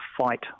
fight